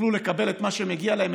יוכלו לקבל את מה שמגיע להם,